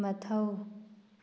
ꯃꯊꯧ